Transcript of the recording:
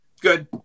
Good